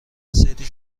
سری